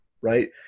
right